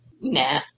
nah